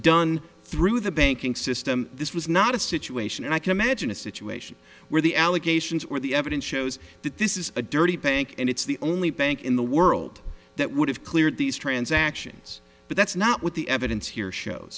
done through the banking system this was not a situation and i can imagine a situation where the allegations or the evidence shows that this is a dirty bank and it's the only bank in the world that would have cleared these transactions but that's not what the evidence here shows